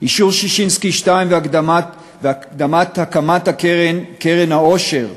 אישור ששינסקי 2 והקדמת הקמת "קרן העושר",